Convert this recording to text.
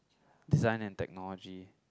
design and technology